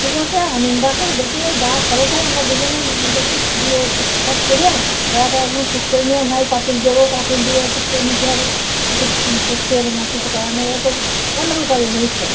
ঠিক আছে আমিন ডাকো ডেকে যা খরচ হয় আমরা দুজনেই দেবো দিয়ে ঠিকঠাক করে টায়াগুলো ঠিক করে নিয়ে নায় পাঁচিল দোবো পাঁচিল দিয়ে ঠিক করে নিতে হবে করতে হবে নায় কিছু করার নেই ওরা তো গন্ডগোল করবে ভবিষ্যতে